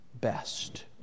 best